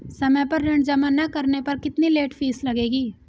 समय पर ऋण जमा न करने पर कितनी लेट फीस लगेगी?